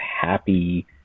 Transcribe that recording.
happy